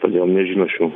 todėl nežino šių